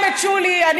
הזה, קודם כול הוא חוקי.